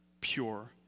pure